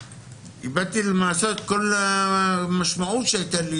איבדתי למעשה את כל המשמעות שהייתה לי